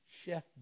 Chef